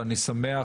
ואני שמח